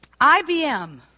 IBM